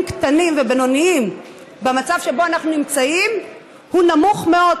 קטנים ובינוניים במצב שבו אנחנו נמצאים הוא נמוך מאוד.